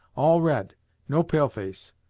all red no pale-face.